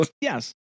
Yes